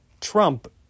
Trump